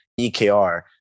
EKR